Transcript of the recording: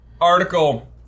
article